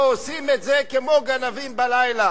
ועושים את זה כמו גנבים בלילה.